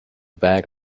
bag